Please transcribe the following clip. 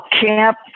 camp